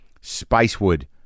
Spicewood